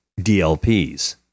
DLPs